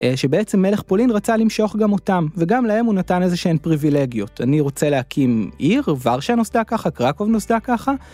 שבעצם מלך פולין רצה למשוך גם אותם, וגם להם הוא נתן איזה שהן פריבילגיות. אני רוצה להקים עיר, ורשה נוסדה ככה, קרקוב נוסדה ככה.